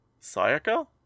Sayaka